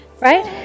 right